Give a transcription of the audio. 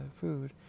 food